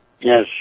Yes